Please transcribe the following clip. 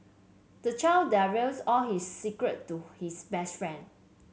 the child divulges all his secret to his best friend